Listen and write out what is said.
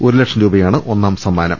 ഒരുലക്ഷം രൂപയാണ് ഒന്നാം സമ്മാനം